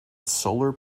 solar